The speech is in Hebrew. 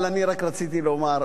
אבל אני רק רציתי לומר,